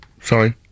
Sorry